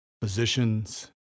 positions